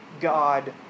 God